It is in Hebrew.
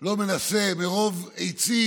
לא מנסה, מרוב עצים